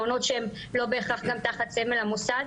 מעונות שהם לא בהכרח גם תחת סמל המוסד.